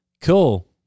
cool